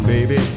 Baby